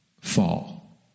fall